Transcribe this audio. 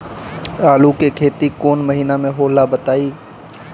आलू के खेती कौन महीना में होला बताई?